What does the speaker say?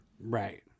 Right